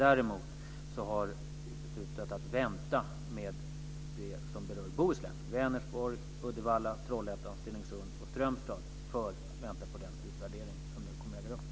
Däremot har vi beslutat att vänta med det som berör Bohuslän - Vänersborg, genom att vänta på den utvärdering som nu kommer att äga rum.